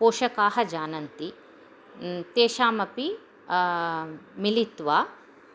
पोषकाः जानन्ति तेषामपि मिलित्वा